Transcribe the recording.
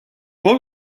boy